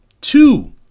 two